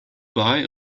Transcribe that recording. buy